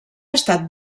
estat